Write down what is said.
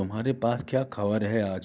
तुम्हारे पास क्या खबर है आज